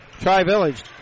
Tri-Village